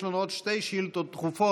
יש לנו עוד שתי שאילתות דחופות,